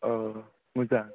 अ मोजां